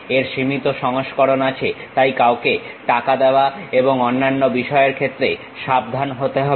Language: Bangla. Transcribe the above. এর সীমিত সংস্করণ আছে তাই কাউকে টাকা দেওয়া এবং অন্যান্য বিষয়ের ক্ষেত্রে সাবধান হতে হবে